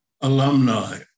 alumni